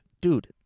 dude